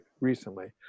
recently